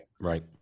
Right